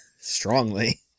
strongly